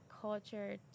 culture